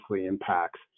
impacts